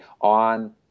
on